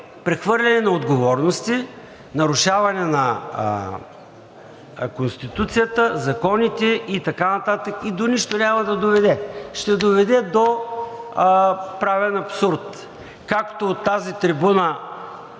прехвърляне на отговорности, нарушаване на Конституцията, законите и така нататък, и до нищо няма да доведе. Ще доведе до правен абсурд. Както от тази трибуна